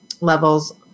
levels